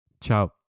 Ciao